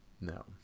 No